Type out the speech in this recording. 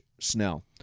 Snell